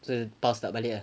so the pulse dah balik ah